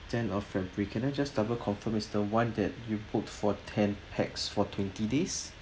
tenth of february can I just double confirm it's the one that you book for ten pax for twenty days